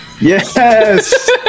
Yes